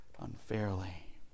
unfairly